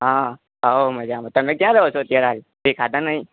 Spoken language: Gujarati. હા હવ મજા તમે ક્યાં રહો છો અત્યારે હાલ દેખાતા નહીં